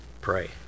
Pray